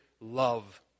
love